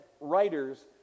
writers